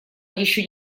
ещё